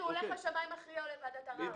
הוא הולך לשמאי מכריע או לוועדת ערר.